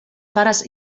pares